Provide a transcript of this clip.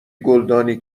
گلدانی